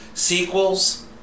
sequels